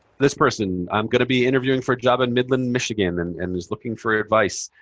this person. i'm going to be interviewing for a job in midland, michigan and and just looking for advice.